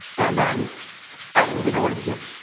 and um i didn't even know where to begin.